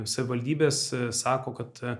savivaldybės sako kad